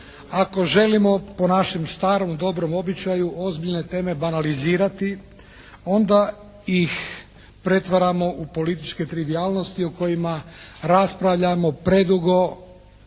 Ako želimo po našem starom dobrom običaju ozbiljne teme banalizirati, onda ih pretvaramo u političke trivijalnosti o kojima raspravljamo predugo,